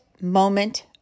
moment